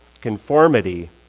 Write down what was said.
conformity